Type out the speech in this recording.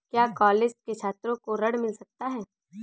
क्या कॉलेज के छात्रो को ऋण मिल सकता है?